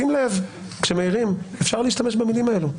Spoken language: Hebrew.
ושימור מערכת הבלמים והאיזונים בניהול כלכלת ישראל,